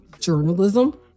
journalism